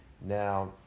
now